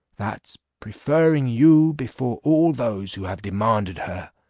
that, preferring you before all those who have demanded her,